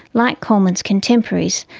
like coleman's contemporaries,